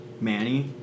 Manny